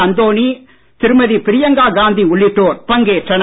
அந்தோணி திருமதி பிரியங்கா காந்தி உள்ளிட்டோர் பங்கேற்றனர்